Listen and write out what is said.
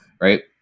right